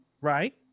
right